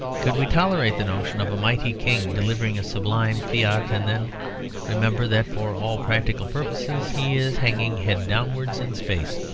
could we tolerate the notion of a mighty king delivering a sublime fiat and then remember that for all practical purposes he is hanging head downwards in space?